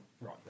Right